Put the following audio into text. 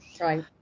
right